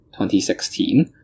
2016